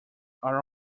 are